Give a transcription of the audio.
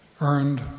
earned